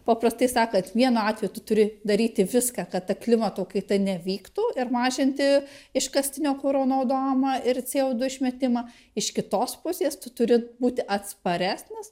paprastai sakant vienu atveju tu turi daryti viską kad ta klimato kaita nevyktų ir mažinti iškastinio kuro naudojimą ir co du išmetimą iš kitos pusės tu turi būti atsparesnis